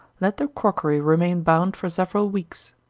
let the crockery remain bound for several weeks.